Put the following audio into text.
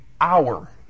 hour